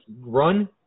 run